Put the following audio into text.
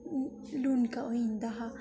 लूनका होई जंदा हा